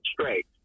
straight